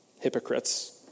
hypocrites